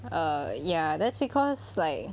err ya that's because like